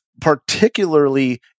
particularly